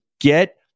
get